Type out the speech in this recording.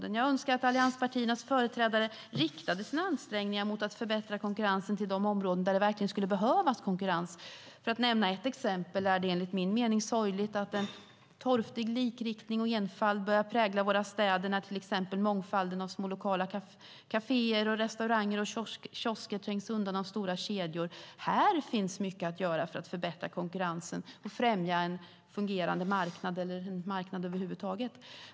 Men jag önskar att allianspartiernas företrädare skulle rikta sina ansträngningar mot att förbättra konkurrensen till de områden där det verkligen skulle behövas konkurrens. För att nämna ett exempel är det enligt min mening sorgligt att en torftig likriktning och enfald börjar prägla våra städer när till exempel mångfalden av små lokala kaféer, restauranger och kiosker trängs undan av stora kedjor. Här finns mycket att göra för att förbättra konkurrensen och främja en fungerande marknad, eller en marknad över huvud taget.